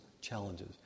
challenges